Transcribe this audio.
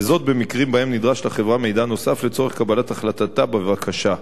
וזאת במקרים שבהם נדרש לחברה מידע נוסף לצורך קבלת החלטתה בבקשה,